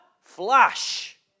flash